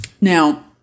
Now